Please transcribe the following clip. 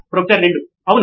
professor 2 అవును